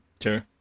Sure